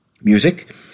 Music